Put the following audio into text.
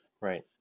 right